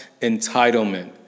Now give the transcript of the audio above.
entitlement